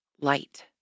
light